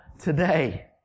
today